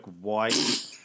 white